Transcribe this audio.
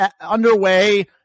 underway